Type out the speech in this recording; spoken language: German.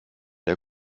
der